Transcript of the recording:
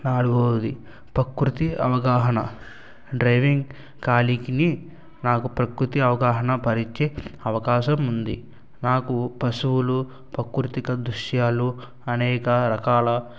నాల్గవది పకృతి అవగాహన డ్రైవింగ్ కాళీకినీ నాకు ప్రకృతి అవగాహన పరిచే అవకాశం ఉంది నాకు పశువులు పకృతిక దృశ్యాలు అనేక రకాల